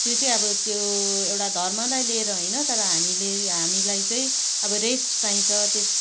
त्यो चाहिँ अब त्यो एउटा धर्मलाई लिएर होइन तर हामीले हामीलाई चाहिँ अब रेस्ट चाहिन्छ त्यस